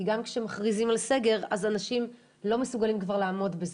כי גם כשמכריזים על סגר אז אנשים לא מסוגלים כבר לעמוד בזה.